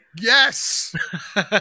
yes